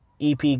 EP